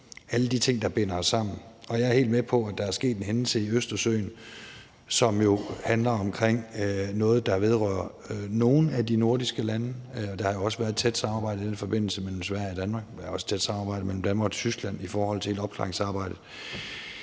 alle de ting, der binder os sammen. Jeg er helt med på, at der er sket en hændelse i Østersøen, som jo handler om noget, der vedrører nogle af de nordiske lande, og der har jo også været et tæt samarbejde i den forbindelse mellem Sverige og Danmark. Der er også et tæt samarbejde mellem Danmark og Tyskland i forhold til hele opklaringsarbejdet.